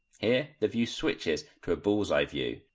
here the view switches to a bulls eye view.